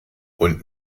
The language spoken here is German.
und